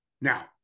Now